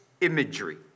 imagery